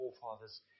forefathers